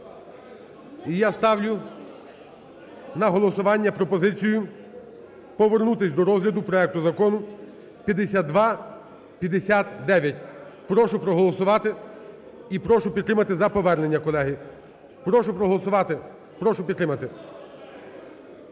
і я ставлю на голосування пропозицію повернутися до розгляду проекту Закону 5259. Прошу проголосувати і прошу підтримати за повернення, колеги. Прошу проголосувати, прошу підтримати.